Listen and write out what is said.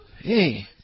Hey